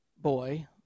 boy